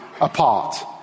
apart